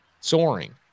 soaring